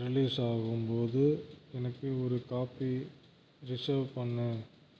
release ஆகும் போது எனக்கு ஒரு காபி ரிசர்வ் பண்ணு